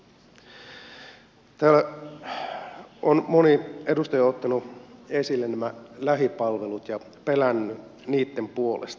täällä on moni edustaja ottanut esille nämä lähipalvelut ja pelännyt niitten puolesta